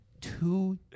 two